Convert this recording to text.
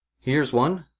here's one,